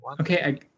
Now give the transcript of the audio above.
Okay